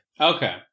Okay